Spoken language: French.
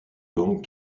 langues